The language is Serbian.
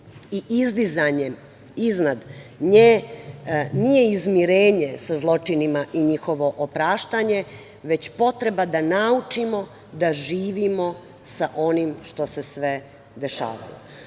i izdizanjem iznad nje nije izmirenje sa zločinima i njihovo opraštanje, već potreba da naučimo da živimo sa onim što se sve dešavalo,